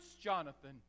Jonathan